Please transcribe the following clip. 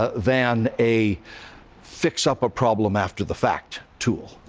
ah than a fix up a problem after the fact tool.